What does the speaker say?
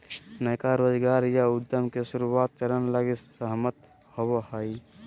नयका रोजगार या उद्यम के शुरुआत चरण लगी सहमत होवो हइ